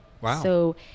Wow